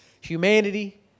humanity